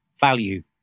value